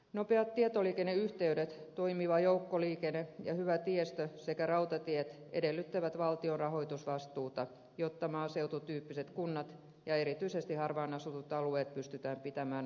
nopeat tietoliikenneyhteydet toimiva joukkoliikenne ja hyvä tiestö sekä rautatiet edellyttävät valtion rahoitusvastuuta jotta maaseututyyppiset kunnat ja erityisesti harvaanasutut alueet pystytään pitämään asuttuina